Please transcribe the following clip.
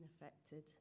affected